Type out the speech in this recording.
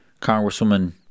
Congresswoman